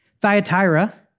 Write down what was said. Thyatira